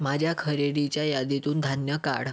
माझ्या खरेदीच्या यादीतून धान्य काढ